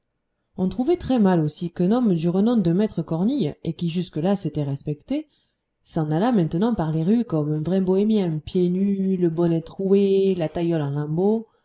on trouvait très mal aussi qu'un homme du renom de maître cornille et qui jusque-là s'était respecté s'en allât maintenant par les rues comme un vrai bohémien pieds nus le bonnet troué la taillole en lambeaux le